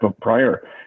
prior